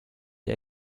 die